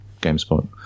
Gamespot